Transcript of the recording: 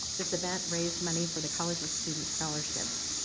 this event raised money for the college's student scholarships.